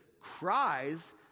cries